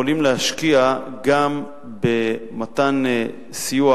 יכולים להשקיע גם במתן סיוע